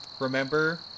remember